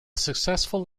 successful